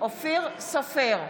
אופיר סופר,